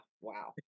wow